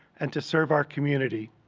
and to serve our community.